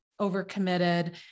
overcommitted